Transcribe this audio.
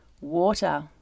water